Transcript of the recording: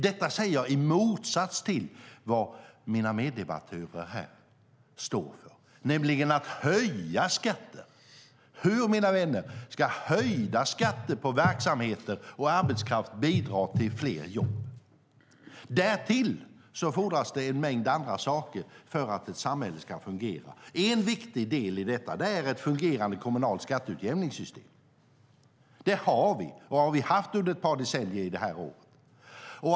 Detta säger jag i motsats till vad mina meddebattörer här står för, nämligen att höja skatter. Hur, mina vänner, ska höjda skatter på verksamheter och arbetskraft bidra till fler jobb? Det fordras också en mängd andra saker för att ett samhälle ska fungera. En viktig del i detta är ett fungerande kommunalt skatteutjämningssystem. Det har vi, och det har vi haft under ett par decennier.